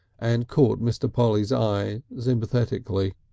and caught mr. polly's eye sympathetically.